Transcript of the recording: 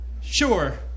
Sure